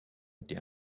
été